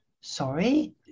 sorry